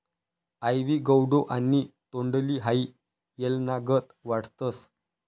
आइवी गौडो आणि तोंडली हाई येलनागत वाढतस